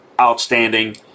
outstanding